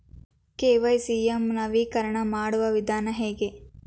KYC ಯ ನವೀಕರಣ ಮಾಡುವ ವಿಧಾನ ಹೇಗೆ?